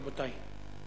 רבותי.